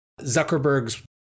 Zuckerberg's